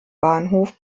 bahnhof